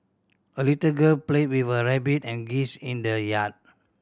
a little girl played with her rabbit and geese in the yard